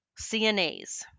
CNAs